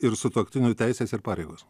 ir sutuoktinių teisės ir pareigos